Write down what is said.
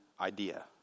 idea